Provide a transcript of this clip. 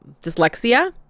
dyslexia